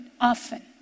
often